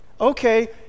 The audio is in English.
Okay